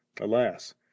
alas